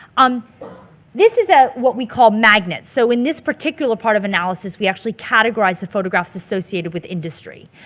um this is at what we call magnet. so in this particular part of analysis we actually categorized the photographs associated with industry.